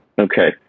okay